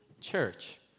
Church